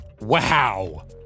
Wow